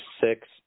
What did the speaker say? six